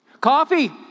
Coffee